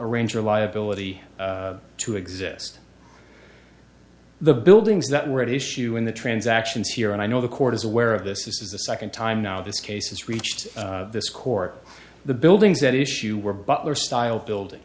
arranger liability to exist the buildings that were at issue in the transactions here and i know the court is aware of this this is the second time now this case has reached this court the buildings at issue were butler style building